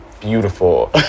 Beautiful